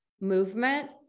movement